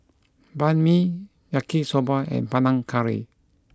Banh Mi Yaki soba and Panang Curry